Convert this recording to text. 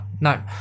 No